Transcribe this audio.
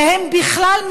והם בכלל,